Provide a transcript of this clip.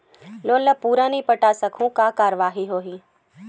Loan ला पूरा नई पटा सकहुं का कारवाही होही?